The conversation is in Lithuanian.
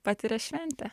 patiria šventę